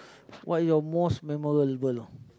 what your most memorable